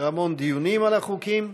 והמון דיונים על החוקים.